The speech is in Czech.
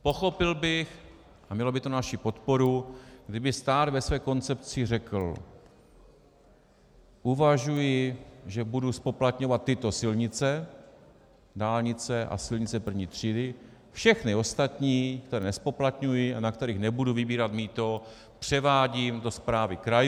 Pochopil bych a mělo by to naši podporu, kdyby stát ve své koncepci řekl: Uvažuji, že budu zpoplatňovat tyto silnice, dálnice a silnice první třídy, a všechny ostatní, které nezpoplatňuji a na kterých nebudu vybírat mýto, převádím do správy krajů.